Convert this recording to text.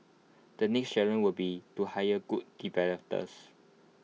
the next challenge would be to hire good developers